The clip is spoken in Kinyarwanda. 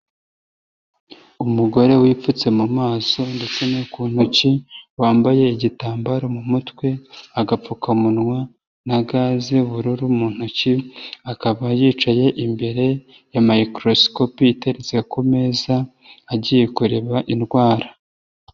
Umugore wipfutse mu maso ndetse no ku ntoki, wambaye igitambaro mu mutwe agapfukamunwa na ga z'ubururu mu ntoki, akaba yicaye imbere ya Mayikorosikopi iteretse kumeza agiye kureba indwara.